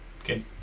Okay